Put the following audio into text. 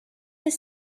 his